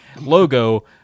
logo –